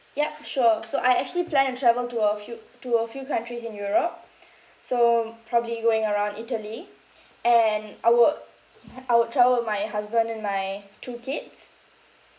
yup sure so I actually plan to travel to a few to a few countries in europe so probably going around italy and I would I would travel with my husband and my two kids